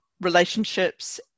relationships